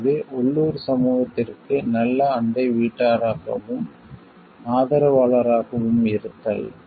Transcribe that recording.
எனவே உள்ளூர் சமூகத்திற்கு நல்ல அண்டை வீட்டாராகவும் ஆதரவாளராகவும் இருத்தல்